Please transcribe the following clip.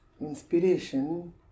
Inspiration